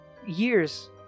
years